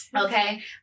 Okay